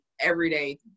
everyday